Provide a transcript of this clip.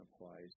applies